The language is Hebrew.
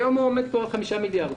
היום הוא עומד כבר על חמישה מיליארד.